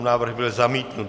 Návrh byl zamítnut.